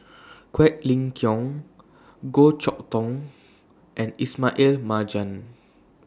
Quek Ling Kiong Goh Chok Tong and Ismail Marjan